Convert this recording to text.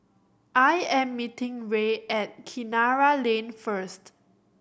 I am meeting Rae at Kinara Lane first